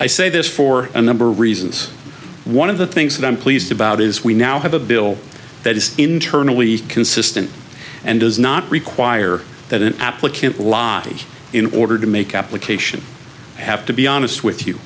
i say this for a number reasons one of the things that i'm pleased about is we now have a bill that is internally consistent and does not require that an applicant lotty in order to make application have to be honest with you